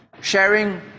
sharing